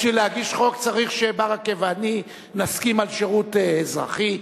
בשביל להגיש חוק צריך שברכה ואני נסכים על שירות אזרחי,